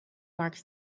marks